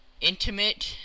intimate